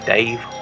Dave